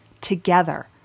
together